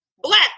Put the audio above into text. black